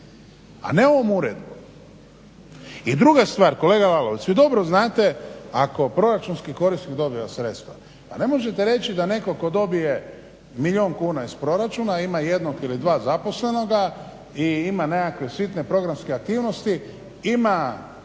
a ne ovom uredbom. I druga stvar kolega Lalovac vi dobro znate ako proračunski korisnik dobiva sredstva pa ne možete reći da netko tko dobije milijun kuna iz proračuna a ima jednog ili dva zaposlenog i ima nekakve sitne programske aktivnosti ima